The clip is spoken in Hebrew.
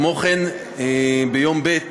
כמו כן, ביום כ'